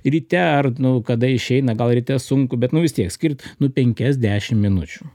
ryte ar kada išeina gal ryte sunku bet nu vis tiek skirt nu penkias dešim minučių